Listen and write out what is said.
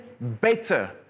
better